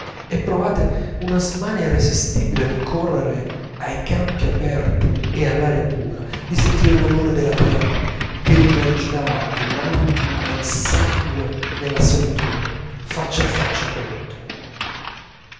e provate una smania irresistibile di correre ai campi aperti e all'aria pura di sentir l'odore della terra di rinverginarvi l'anima e il sangue nella solitudine faccia a faccia colla natura